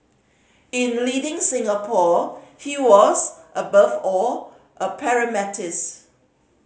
in leading Singapore he was above all a